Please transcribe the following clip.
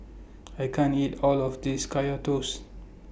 I can't eat All of This Kaya Toast